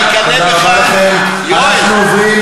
התחייבות, וואי, וואי,